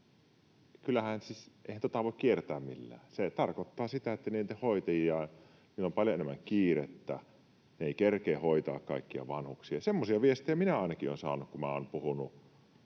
Eihän tätä voi kiertää millään. Se tarkoittaa sitä, että niillä hoitajilla on paljon enemmän kiirettä, he eivät kerkeä hoitaa kaikkia vanhuksia. Semmoisia viestejä minä ainakin olen saanut,